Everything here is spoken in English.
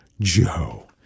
Joe